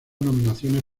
nominaciones